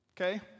okay